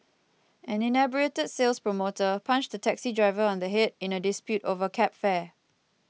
an inebriated sales promoter punched a taxi driver on the head in a dispute over cab fare